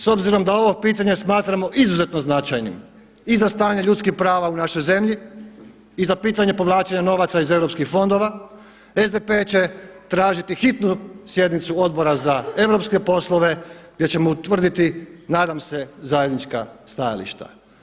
S obzirom da ovo pitanje smatramo izuzetno značajnim i za stanje ljudskih prava u našoj zemlji i za pitanje povlačenja novaca iz Europskih fondova, SDP će tražiti hitnu sjednicu Odbora za europske poslove gdje ćemo utvrditi nadam se zajednička stajališta.